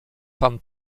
pan